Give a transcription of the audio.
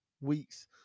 weeks